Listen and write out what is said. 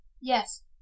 yes